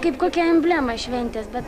kaip kokia emblema šventės bet